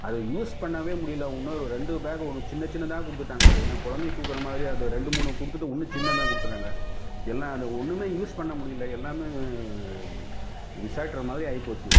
அதை யூஸ் பண்ணவே முடியல இன்னும் ரெண்டு பேகு ஒன்று சின்ன சின்னதாக கொடுத்துட்டாங்க அது என்ன குழந்தைக்கு கொடுக்குற மாதிரி அதை ரெண்டு மூணு கொடுத்துட்டு இன்னும் சின்னதாக கொடுத்துட்டாங்க எல்லாம் அதை ஒன்றுமே யூஸ் பண்ண முடியல எல்லாமே ஆகிப்போச்சி